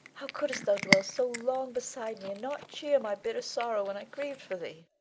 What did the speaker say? how couldst thou dwell so long beside me and not cheer my bitter sorrow when i grieved for thee.